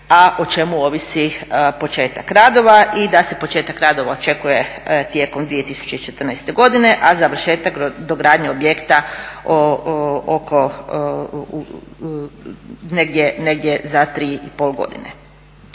a o čemu ovisi početak radova i da se početak radova očekuje tijekom 2014. godine, a završetak dogradnje objekta negdje za tri i